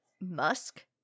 musk